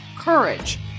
courage